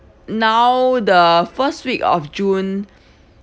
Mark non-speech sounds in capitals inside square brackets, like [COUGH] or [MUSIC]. now the first week of june [BREATH]